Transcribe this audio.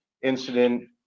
incident